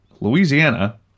Louisiana